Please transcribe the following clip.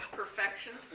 perfection